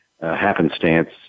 happenstance